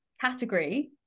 category